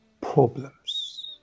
problems